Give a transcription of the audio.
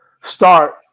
start